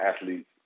Athletes